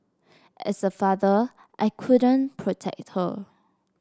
as a father I couldn't protect her